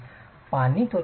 पाणी शोषण चाचणी आधी वीट